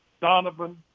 Donovan